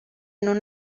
non